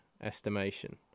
Estimation